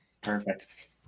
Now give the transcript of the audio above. perfect